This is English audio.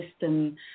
system